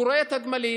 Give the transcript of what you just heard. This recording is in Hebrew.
הוא רואה את הגמלים,